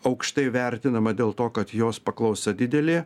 aukštai vertinama dėl to kad jos paklausa didelė